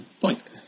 points